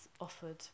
offered